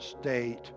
state